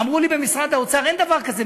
אמרו לי במשרד האוצר: אין דבר כזה,